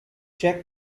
czech